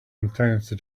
intense